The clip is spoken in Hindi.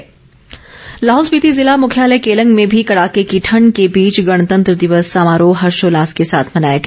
केलंग गणतंत्र दिवस लाहौल स्पीति ज़िला मुख्यालय केलंग में भी कड़ाके की ठण्ड के बीच गणतंत्र दिवस समारोह हर्षोल्लास के साथ मनाया गया